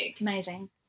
Amazing